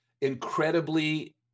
incredibly